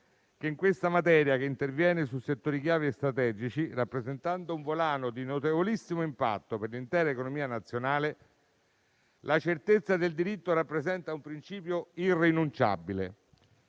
che in questa materia che interviene sui settori chiave e strategici, rappresentando un volano di notevolissimo impatto per l'intera economia nazionale, la certezza del diritto rappresenta un principio irrinunciabile.